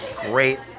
great